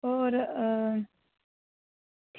होर